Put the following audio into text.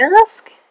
Ask